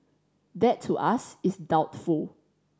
that to us is doubtful